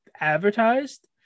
advertised